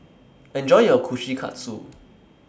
Enjoy your Kushikatsu